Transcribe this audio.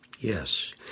Yes